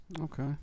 Okay